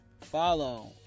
follow